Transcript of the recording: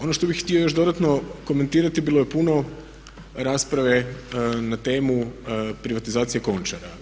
Ono što bih htio još dodatno komentirati bilo je puno rasprave na temu privatizacije Končara.